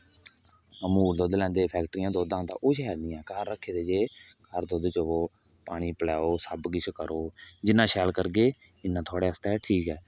अमूल दुद्ध लैंदे फैक्टरियै च दुद्ध आंदा ओह् शैल नेईं ऐ घार डंगर रक्खे दे जे हर दिन दुद्ध चोवो पानी पिलाओ सब किश करो जिन्ना शैल करगे इन्ना थुआढ़े आस्तै ठीक ऐ